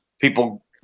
people